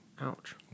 ouch